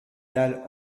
dalle